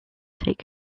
take